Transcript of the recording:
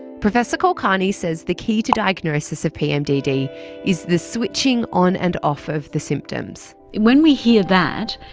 professor kulkarni says the key to diagnosis of pmdd is the switching on and off of the symptoms. when we hear that,